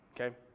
okay